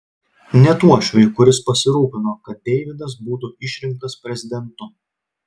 net uošviui kuris pasirūpino kad deividas būtų išrinktas prezidentu